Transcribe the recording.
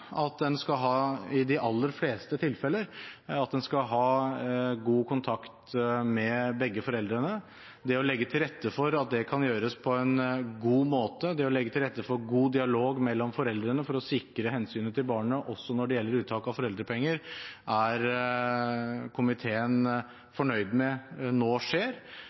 at en – i de aller fleste tilfeller – skal ha god kontakt med begge foreldrene. Det å legge til rette for at det kan gjøres på en god måte, det å legge til rette for god dialog mellom foreldrene for å sikre hensyn til barnet også når det gjelder uttak av foreldrepenger, er komiteen fornøyd med at nå skjer.